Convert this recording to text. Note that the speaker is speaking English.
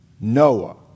Noah